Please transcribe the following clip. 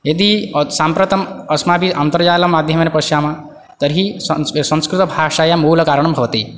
यदि साम्प्रतम् अस्माभिः अन्तर्जामाध्यमेन पश्यामः तर्हि संस् संस्कृतभाषायाः मूलकारणं भवति